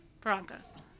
Broncos